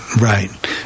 Right